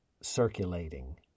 circulating